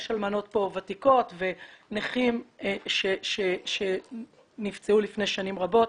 יש פה אלמנות ותיקות ונכים שנפצעו לפני שנים רבות,